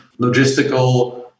logistical